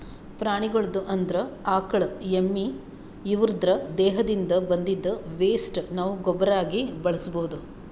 ಪ್ರಾಣಿಗಳ್ದು ಅಂದ್ರ ಆಕಳ್ ಎಮ್ಮಿ ಇವುದ್ರ್ ದೇಹದಿಂದ್ ಬಂದಿದ್ದ್ ವೆಸ್ಟ್ ನಾವ್ ಗೊಬ್ಬರಾಗಿ ಬಳಸ್ಬಹುದ್